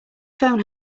phone